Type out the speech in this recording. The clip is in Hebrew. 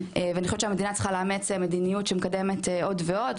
ואני חושבת שהמדינה צריכה לאמץ מדיניות שמקדמת עוד ועוד,